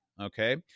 Okay